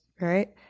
Right